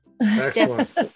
Excellent